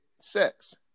sex